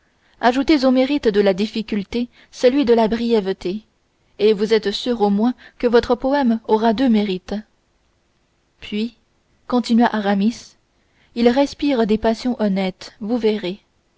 ajoutez au mérite de la difficulté celui de la brièveté et vous êtes sûr au moins que votre poème aura deux mérites puis continua aramis il respire des passions honnêtes vous verrez